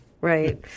Right